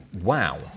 wow